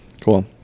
cool